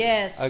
Yes